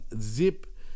zip